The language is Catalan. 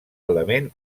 element